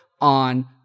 on